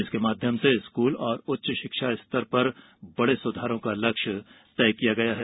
इसके माध्यम से स्कूल और उच्चतर शिक्षा स्तर पर बडे सुधारों का लक्ष्य तय किया गया है